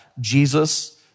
Jesus